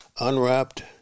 Unwrapped